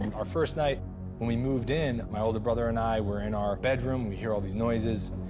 our first night when we moved in, my older brother and i were in our bedroom. we hear all these noises,